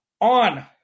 On